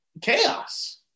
chaos